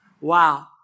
Wow